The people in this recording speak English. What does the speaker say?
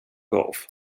golf